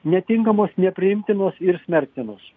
netinkamos nepriimtinos ir smerktinos